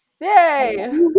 Yay